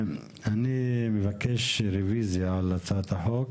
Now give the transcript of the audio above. אני מבקש רוויזיה על הצעת החוק,